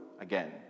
again